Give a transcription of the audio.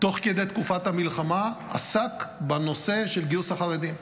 תוך כדי תקופת המלחמה, עסק בנושא של גיוס החרדים.